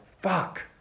fuck